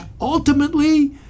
ultimately